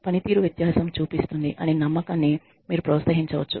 పనితీరు వ్యత్యాసం చూపిస్తుంది అనే నమ్మకాన్ని మీరు ప్రోత్సహించవచ్చు